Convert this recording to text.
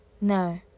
No